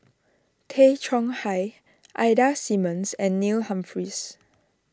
Tay Chong Hai Ida Simmons and Neil Humphreys